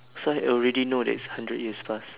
so I already know that it's hundred years plus